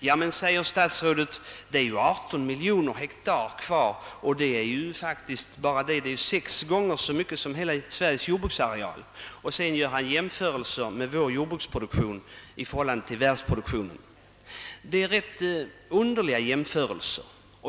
Ja, säger statsrådet, men det är 18 miljoner hektar kvar och bara detta är sex gånger så mycket som hela Sveriges jordbruksareal. Sedan gör han jämförelser mellan vår jordbruksproduktion och = världsproduktionen. Detta är rätt underliga jämförelser.